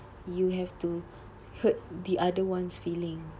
you have to hurt the other one's feeling